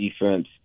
defense